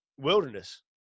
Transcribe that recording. wilderness